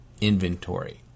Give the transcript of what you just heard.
inventory